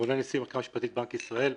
מהלשכה המשפטית בבנק ישראל.